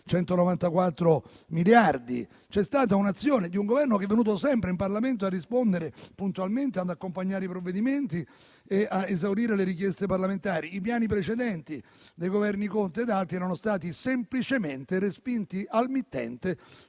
194 miliardi. C'è stata l'azione di un Governo che è venuto sempre in Parlamento a rispondere puntualmente, ad accompagnare i provvedimenti, ad esaurire le richieste dei parlamentari. I piani precedenti, dei Governi Conte e Draghi, erano stati semplicemente respinti al mittente